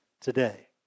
today